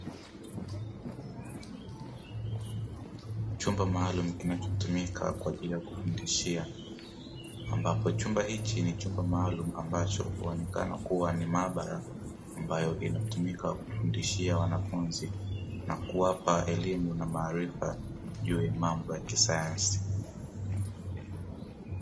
Chumba maalumu kinachotumika kwa ajili ya kufundishia ambapo chumba hiki ni chumba maalumu ambacho, huonekana kuwa ni maabara ambayo inatumika kufundishia wanafunzi na kuwapa elimu na maarifa juu ya mambo ya kisayansi.